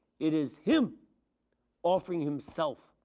it is him offering himself